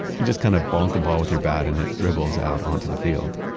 you just kind of bumped the ball with your bat and it dribbles out onto the field.